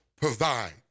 provide